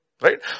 Right